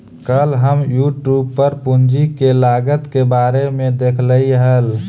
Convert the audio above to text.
कल हम यूट्यूब पर पूंजी के लागत के बारे में देखालियइ हल